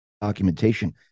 documentation